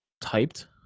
typed